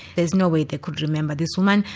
there's no way they could remember this woman,